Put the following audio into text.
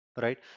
right